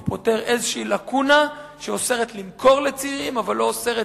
הוא פותר איזו לקונה שאוסרת למכור לצעירים אבל לא אוסרת